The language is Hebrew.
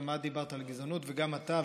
גם את דיברת על גזענות וגם אתה,